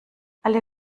alle